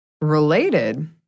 Related